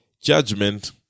Judgment